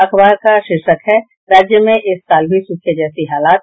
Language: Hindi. अखबार का शीर्षक है राज्य में इस साल भी सूखे जैसी हालात